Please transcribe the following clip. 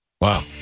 Wow